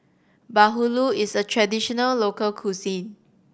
bahulu is a traditional local cuisine